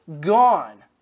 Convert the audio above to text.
gone